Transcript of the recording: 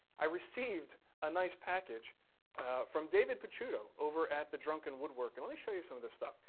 i received a nice package from david picciuto over at the drunken woodworker. let me show you some of this stuff